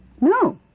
No